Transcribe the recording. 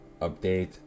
Update